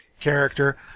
character